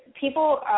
people